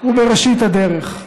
הוא בראשית הדרך,